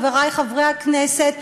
חברי חברי הכנסת,